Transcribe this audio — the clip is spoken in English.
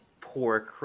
poor